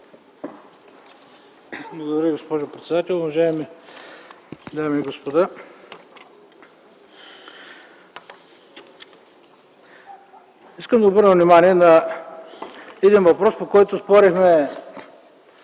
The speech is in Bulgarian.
Благодаря Ви, госпожо председател. Уважаеми дами и господа! Искам да обърна внимание на един въпрос, по който спорихме